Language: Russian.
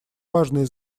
важное